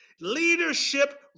Leadership